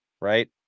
right